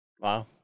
Wow